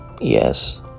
yes